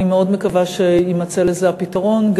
אני מאוד מקווה שיימצא לזה הפתרון,